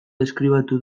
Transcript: deskribatu